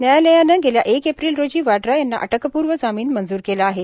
न्यायालयानं गेल्या एक एप्रिल रोजी वाड्रा यांना अटकपूर्व जामीन मंजूर केला आहे